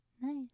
Nice